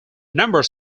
numbers